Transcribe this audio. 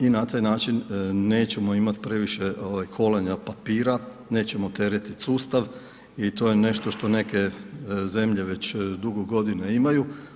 I na taj način nećemo imati previše kolanja papira, nećemo teretiti sustav i to je nešto što neke zemlje već dugo godina imaju.